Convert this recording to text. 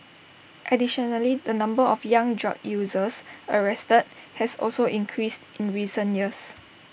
additionally the number of young drug users arrested has also increased in recent years